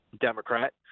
Democrat